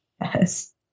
Yes